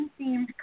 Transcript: themed